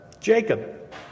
Jacob